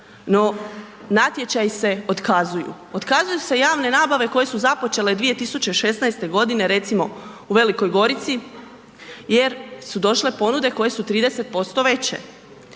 no natječaji se otkazuju. Otkazuju se javne nabave koje su započele 2016. godine, recimo u Velikoj Gorici jer su došle ponude koje su 30% veće.